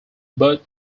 bert